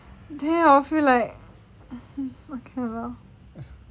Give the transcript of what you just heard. then I'll feel like okay lor